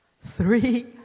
Three